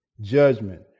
judgment